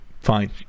fine